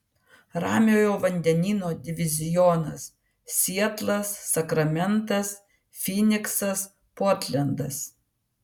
ramiojo vandenyno divizionas sietlas sakramentas fyniksas portlendas